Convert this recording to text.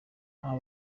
aha